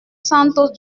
santos